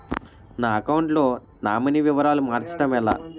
నా అకౌంట్ లో నామినీ వివరాలు మార్చటం ఎలా?